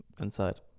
inside